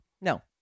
no